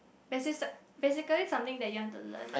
basic basically something you want to learn